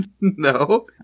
No